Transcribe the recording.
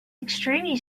extremely